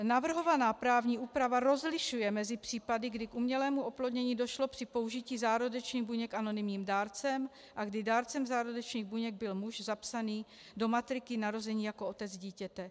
Navrhovaná právní úprava rozlišuje mezi případy, kdy k umělému oplodnění došlo při použití zárodečných buněk anonymním dárcem a kdy dárcem zárodečných buněk byl muž zapsaný do matriky narození jako otec dítěte.